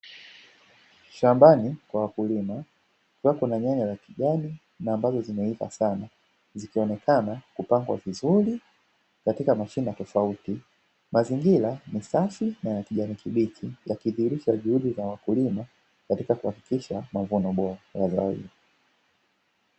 Shambani mwa wakulima kukiwa kuna nyanya za kijani na ambazo zimeiva sana, zikionekana kupandwa vizuri katika mashina tofauti. Mazingira ni safi na kijani kibichi, yakidhihirisha juhudi za wakulima katika kuhakikisha mavuno bora.